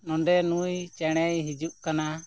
ᱱᱚᱸᱰᱮ ᱱᱩᱭ ᱪᱮᱬᱮᱭ ᱦᱤᱡᱩᱜ ᱠᱟᱱᱟ